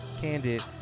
candid